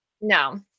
no